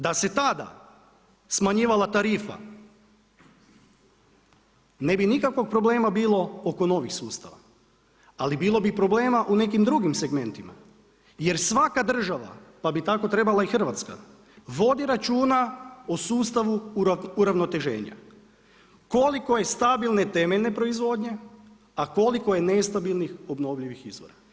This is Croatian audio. Da se tada smanjivala tarifa ne bi nikakvog problema bilo oko novih sustava ali bilo bi problema u nekim drugim segmentima, jer svaka država pa bi tako trebala i Hrvatska vodi računa o sustavu uravnoteženja, koliko je stabilne temeljne proizvodnje a koliko je nestabilnih obnovljivih izvora.